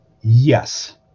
Yes